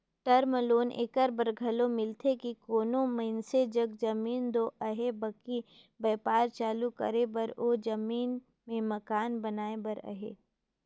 term loan एकर बर घलो मिलथे कि कोनो मइनसे जग जमीन दो अहे बकि बयपार चालू करे बर ओ जमीन में मकान बनाए बर अहे